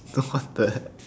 dude what the heck